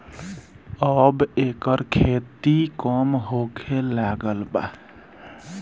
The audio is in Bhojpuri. अब एकर खेती कम होखे लागल बा